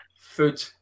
food